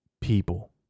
People